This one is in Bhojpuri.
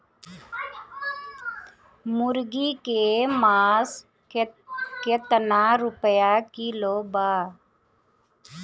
मुर्गी के मांस केतना रुपया किलो बा?